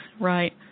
Right